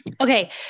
Okay